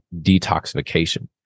detoxification